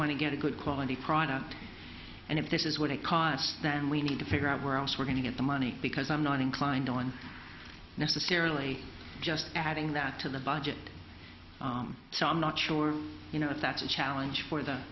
want to get a good quality product and if this is what it costs them we need to figure out where else we're going to get the money because i'm not inclined on necessarily just adding that to the budget so i'm not sure that's a challenge for the